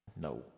No